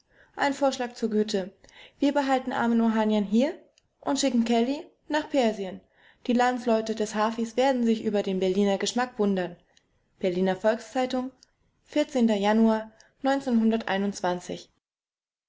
ein vorschlag zur güte wir behalten armen ohanian hier und schicken celly nach persien die landsleute des hafis werden sich über den berliner geschmack wundern berliner volks-zeitung januar